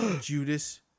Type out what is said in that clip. Judas